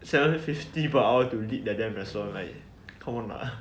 seven fifty per hour to lead the damn restaurant like come on lah